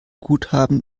guthaben